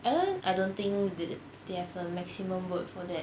I don't I don't think they have a maximum word for that